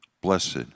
Blessed